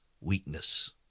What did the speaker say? weakness